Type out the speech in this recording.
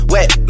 Wet